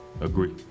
agree